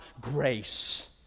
grace